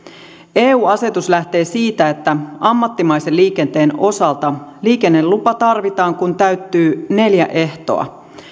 eu asetus lähtee siitä että ammattimaisen liikenteen osalta liikennelupa tarvitaan kun täyttyy neljä ehtoa